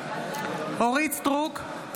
אורית מלכה סטרוק,